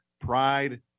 pride